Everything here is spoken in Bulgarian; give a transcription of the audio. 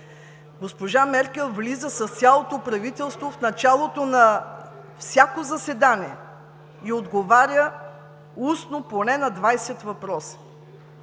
госпожа Меркел, влиза с цялото правителство в началото на всяко заседание и отговаря устно поне на 20 въпроса.